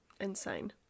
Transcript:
Insane